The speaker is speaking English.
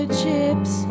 chips